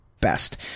best